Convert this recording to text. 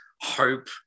hope